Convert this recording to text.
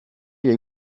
les